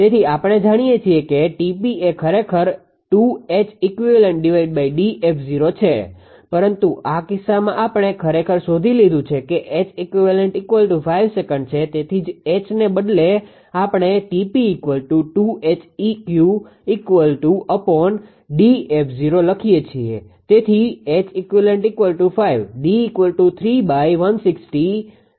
તેથી આપણે જાણીએ છીએ કે 𝑇𝑝 એ ખરેખર છે પરંતુ આ કિસ્સામાં આપણે ખરેખર શોધી લીધું છે કે 𝐻𝑒𝑞5 સેકન્ડ છે તેથી જ Hને બદલે આપણે 𝑇𝑝 લખીએ છીએ